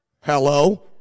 Hello